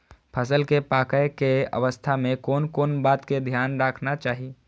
फसल के पाकैय के अवस्था में कोन कोन बात के ध्यान रखना चाही?